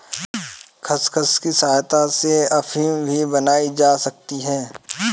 खसखस की सहायता से अफीम भी बनाई जा सकती है